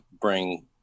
bring